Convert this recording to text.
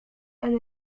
and